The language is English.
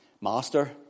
Master